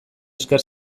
esker